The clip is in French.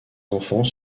enfants